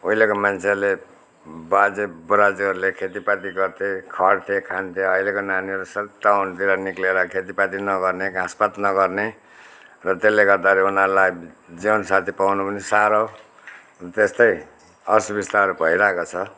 उहिलेको मान्छेले बाजे बराजुहरूले खेतीपाती गर्थे खट्थे खान्थे अहिलेको नानीहरू सब टाउनतिर निक्लेर खेतापाती नगर्ने घाँसपात नगर्ने र त्यसले गर्दाखेरि उनीहरूलाई जीवनसाथी पाउन पनि साह्रो त्यस्तै असुविस्ताहरू भइरहेको छ